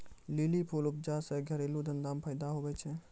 lily फूल उपजा से घरेलू धंधा मे फैदा हुवै छै